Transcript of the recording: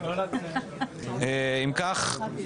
14:32,